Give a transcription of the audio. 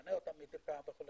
- תשנה אותה מדי פעם וכו'.